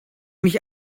mich